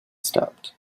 stopped